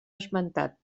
esmentat